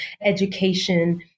education